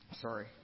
sorry